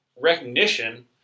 recognition